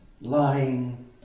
lying